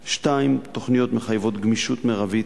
2. התוכניות מחייבות גמישות מרבית